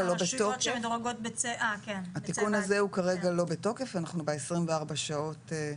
אנחנו ב-24 שעות,